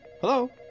Hello